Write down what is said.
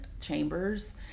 chambers